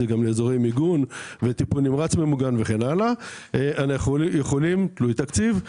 וזה כמובן תלוי תקציב,